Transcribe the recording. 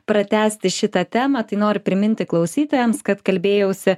pratęsti šitą temą tai nori priminti klausytojams kad kalbėjausi